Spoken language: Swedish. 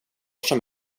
som